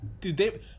dude